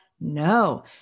No